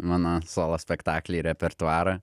mano solo spektaklį į repertuarą